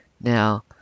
Now